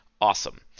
Awesome